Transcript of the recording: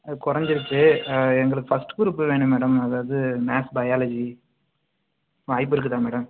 ஆ குறஞ்சிருச்சு ஆ எங்களுக்கு ஃபர்ஸ்ட் க்ரூப் வேணும் மேடம் அதாவது மேக்ஸ் பயாலஜி வாய்ப்பிருக்குதா மேடம்